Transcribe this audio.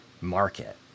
market